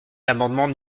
l’amendement